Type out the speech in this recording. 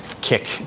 kick